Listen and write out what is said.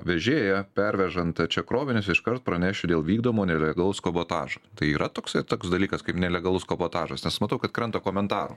vežėją pervežanta čia krovinius iškart pranešiu dėl vykdomo nelegalaus kabotažo tai yra toksai toks dalykas kaip nelegalus kabotažas nes matau kad krenta komentarų